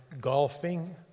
golfing